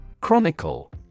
Chronicle